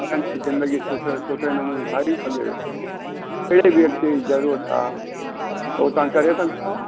मना की ज़िंदगी सुठे सुठे नमूने ठाही सघे ज़रूरत आहे उहो तव्हां करे सघंदव